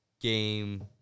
game